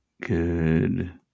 Good